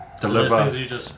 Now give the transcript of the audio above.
deliver